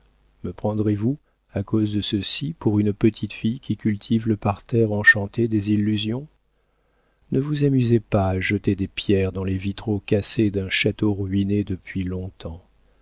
me prendrez-vous à cause de ceci pour une petite fille qui cultive le parterre enchanté des illusions ne vous amusez pas à jeter des pierres dans les vitraux cassés d'un château ruiné depuis longtemps